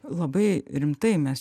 labai rimtai mes